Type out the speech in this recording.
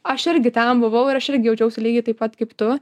aš irgi ten buvau ir aš irgi jaučiausi lygiai taip pat kaip tu